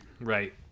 Right